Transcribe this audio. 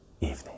evening